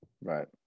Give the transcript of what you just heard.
Right